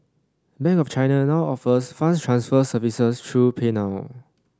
bank of China now offers funds transfer services through PayNow